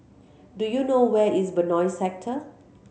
do you know where is Benoi Sector